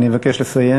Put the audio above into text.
אני מבקש לסיים.